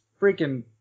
freaking